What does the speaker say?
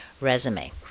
resume